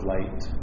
Light